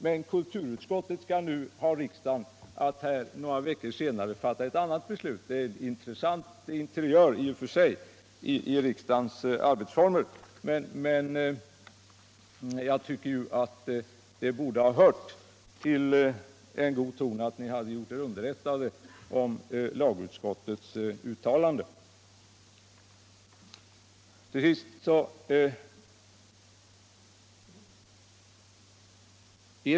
Men kulturutskottet skall nu ha riksdagen att några veckor senare fatta ett annat beslut. Det ger i och för sig en intressant inblick i riksdagens arbetsformer. Men jag tycker att det hör till god ton att ni borde ha gjort er underrättade om lagutskottets uttalande.